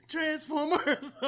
Transformers